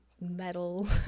metal